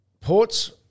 Ports